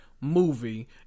movie